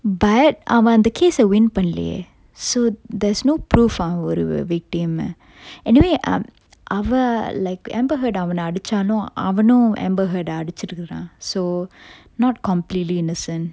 but அவன் அந்த:avan antha case ah win பண்ணலையே:pannalaye so there's no proof ah ஒரு:oru victim ah anyway um அவ:ava like amber heard ah அவன அடிச்சானும் அவனும்:avana adichanum avanum amber heard ah அடிச்சிருக்குறான்:adichirukkuran so not completely innocent